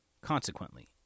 Consequently